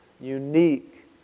unique